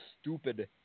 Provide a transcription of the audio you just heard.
stupid